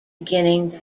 beginning